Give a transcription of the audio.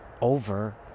over